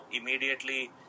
immediately